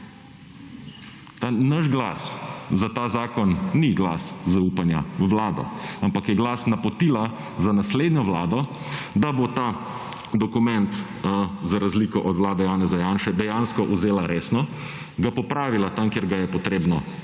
naš glas, za ta zakon, ni glas zaupanja v Vlado, ampak je glas napotila za naslednjo Vlado, da bo ta dokument, za razliko od vlade Janeza Janše, dejansko vzela resno, ga popravila tam, kjer ga je potrebno